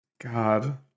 God